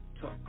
talk